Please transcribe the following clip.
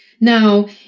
Now